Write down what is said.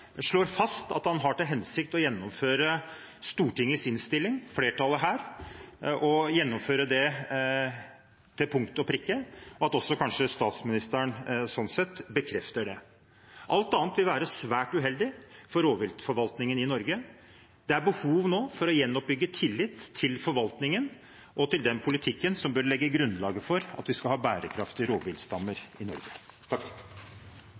slår fast at han har til hensikt å gjennomføre Stortingets flertallsinnstilling til punkt og prikke, og at kanskje også statsministeren sånn sett bekrefter det. Alt annet vil være svært uheldig for rovviltforvaltningen i Norge. Det er nå behov for å gjenoppbygge tillit til forvaltningen og til den politikken som bør legge grunnlaget for at vi skal ha bærekraftige